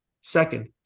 second